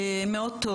טוב מאוד.